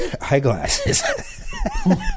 eyeglasses